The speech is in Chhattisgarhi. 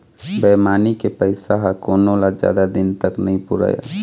बेईमानी के पइसा ह कोनो ल जादा दिन तक नइ पुरय